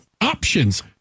options